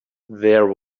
there